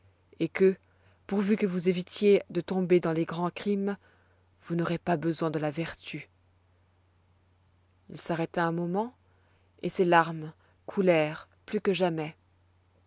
et que pourvu que vous évitiez de tomber dans les grands crimes vous n'aurez pas besoin de la vertu il s'arrêta un moment et ses larmes coulèrent plus que jamais